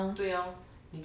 对 lor